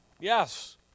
Yes